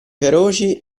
feroci